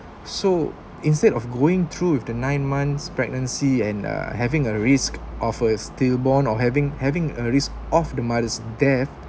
so instead of going through with the nine months pregnancy and uh having a risk of a stillborn or having having a risk of the mother's death